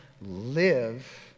live